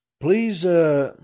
Please